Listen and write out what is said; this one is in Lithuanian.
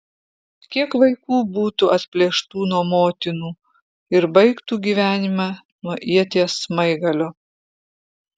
kiek vaikų būtų atplėštų nuo motinų ir baigtų gyvenimą nuo ieties smaigalio